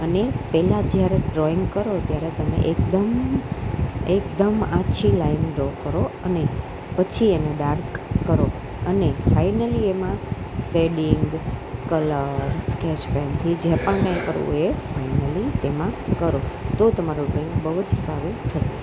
અને પહેલાં જ્યારે ડ્રોઈંગ કરો ત્યારે તમે એકદમ એકદમ આછી લાઇન ડ્રો કરો અને પછી એને ડાર્ક કરો અને ફાઈનલી એમાં સેડિંગ કલર્સ સ્કેચપેનથી જે પણ કાંઈ કરો એ ફાઈનલી તેમાં કરો તો તમારો ડ્રોઈંગ બહુ જ સારો થશે